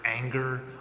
anger